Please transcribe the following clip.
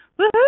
woohoo